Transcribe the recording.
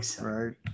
right